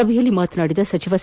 ಸಭೆಯಲ್ಲಿ ಮಾತನಾಡಿದ ಸಚಿವ ಸಿ